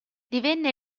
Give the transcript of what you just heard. divenne